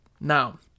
now